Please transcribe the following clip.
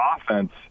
offense